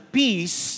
peace